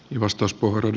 arvoisa puhemies